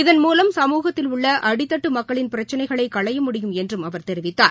இதன் மூலம் சமூகத்தில் உள்ள அடிதட்டு மக்களின் பிரச்சனைகளை களைய முடியும் என்றும் அவர் தெரிவித்தார்